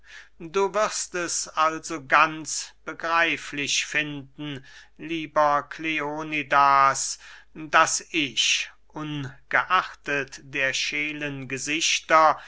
du wirst es also ganz begreiflich finden lieber kleonidas daß ich ungeachtet der schelen gesichter